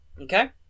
Okay